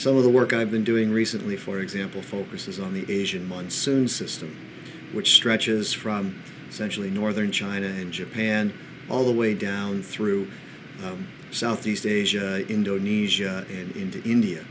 the work i've been doing recently for example focuses on the asian monsoon system which stretches from centrally northern china and japan all the way down through southeast asia indonesia and into india